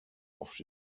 oft